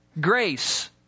grace